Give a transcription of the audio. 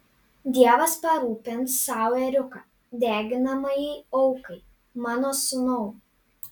dievas parūpins sau ėriuką deginamajai aukai mano sūnau